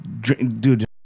dude